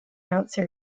answered